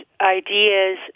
ideas